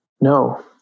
no